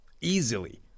easily